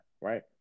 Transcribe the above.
right